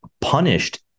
punished